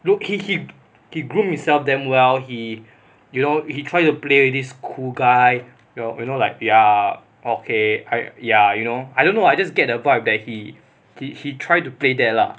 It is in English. lowkey he he groom myself damn well he you know he try to play this cool guy you know like ya okay I ya you know I don't know I just get the vibe that he he tried to play that lah